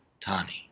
Tani